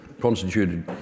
constituted